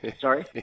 Sorry